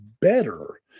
better